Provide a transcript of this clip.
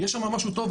יש שם משהו טוב.